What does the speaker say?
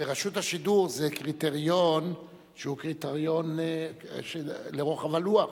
ברשות השידור זה קריטריון שהוא קריטריון לרוחב הלוח,